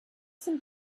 some